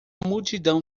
multidão